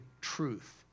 truth